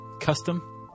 Custom